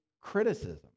criticism